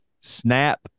snap